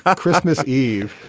ah christmas eve,